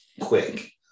quick